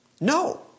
No